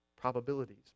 probabilities